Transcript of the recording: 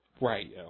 Right